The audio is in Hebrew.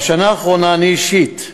בשנה האחרונה אני אישית,